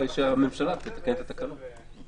אחרי שהממשלה תחליט אילו תקנות היא מביאה.